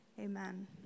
Amen